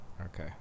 Okay